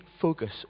focus